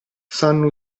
sanno